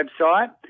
website